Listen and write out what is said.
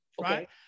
right